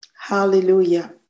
Hallelujah